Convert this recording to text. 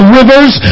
rivers